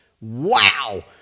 Wow